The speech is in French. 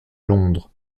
londres